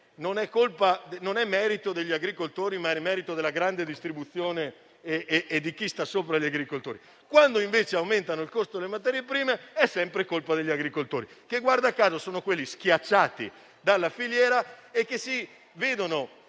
non è merito degli agricoltori, ma della grande distribuzione e di chi sta sopra gli agricoltori; quando invece aumenta il costo delle materie prime è sempre colpa degli agricoltori, che, guarda caso, sono schiacciati dalla filiera e si vedono